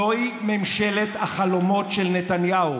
זוהי ממשלת החלומות של נתניהו,